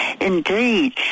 Indeed